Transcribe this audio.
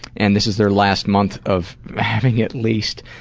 and this is their last month of having it leased.